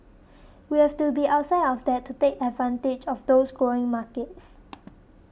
we have to be outside of that to take advantage of those growing markets